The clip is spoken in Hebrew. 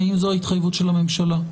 האם זו התחייבות הממשלה?